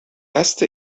erste